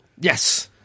yes